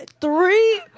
Three